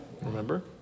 remember